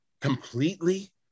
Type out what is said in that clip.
completely